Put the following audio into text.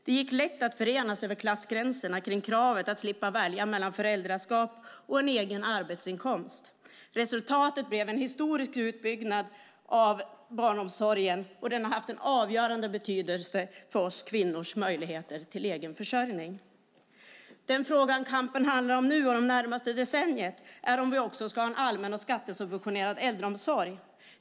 Det gick lätt att förenas över klassgränserna kring kravet på att slippa välja mellan föräldraskap och en egen arbetsinkomst. Resultatet blev en historisk utbyggnad av barnomsorgen, och den har haft en avgörande betydelse för möjligheterna för oss kvinnor till egen försörjning. Den fråga kampen handlar om nu och det närmaste decenniet är om vi också ska ha en allmän och skattesubventionerad äldreomsorg.